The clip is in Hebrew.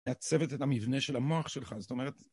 מייצבת את המבנה של המוח שלך, זאת אומרת...